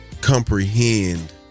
comprehend